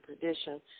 perdition